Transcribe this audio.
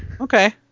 Okay